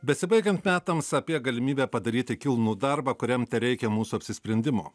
besibaigiant metams apie galimybę padaryti kilnų darbą kuriam tereikia mūsų apsisprendimo